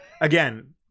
Again